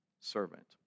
servant